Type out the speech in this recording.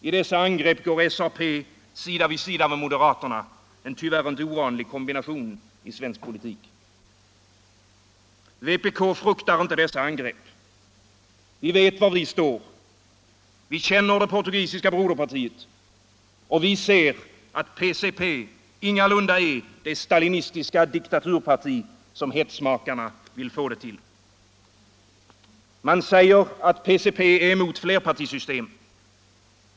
I dessa angrepp går SAP sida vid sida med moderaterna — en tyvärr inte ovanlig kombination i svensk politik. Vpk fruktar inte dessa angrepp. Vi vet var vi står. Vi känner det portugisiska broderpartiet, och vi ser att PCP ingalunda är det stalinistiska diktaturparti som hetsmakarna vill få det till. Man säger att PCP är emot flerpartisystem.